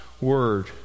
word